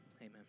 Amen